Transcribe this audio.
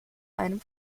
einem